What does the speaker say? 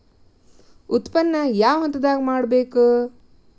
ಉತ್ಪನ್ನ ಯಾವ ಹಂತದಾಗ ಮಾಡ್ಬೇಕ್?